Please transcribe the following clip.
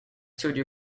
studio